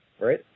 right